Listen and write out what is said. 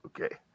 Okay